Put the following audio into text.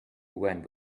when